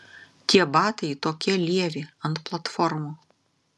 tie batai tokie lievi ant platformų